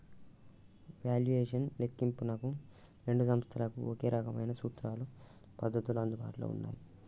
valuation లెక్కింపునకు రెండు సంస్థలకు ఒకే రకమైన సూత్రాలు, పద్ధతులు అందుబాటులో ఉన్నయ్యి